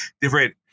different